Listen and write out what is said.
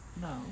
No